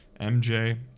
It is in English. MJ